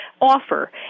offer